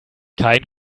kein